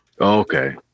Okay